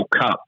Cup